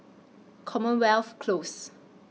Commonwealth Close